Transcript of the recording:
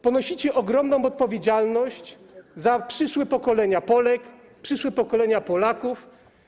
Ponosicie ogromną odpowiedzialność za przyszłe pokolenia Polek, przyszłe pokolenia Polaków.